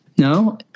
No